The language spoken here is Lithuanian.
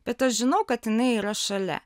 bet aš žinau kad jinai yra šalia